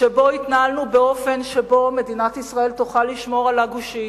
ובו התנהלנו באופן שבו מדינת ישראל תוכל לשמור על הגושים,